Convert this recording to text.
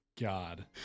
god